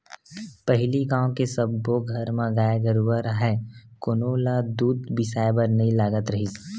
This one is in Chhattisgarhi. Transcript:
पहिली गाँव के सब्बो घर म गाय गरूवा राहय कोनो ल दूद बिसाए बर नइ लगत रिहिस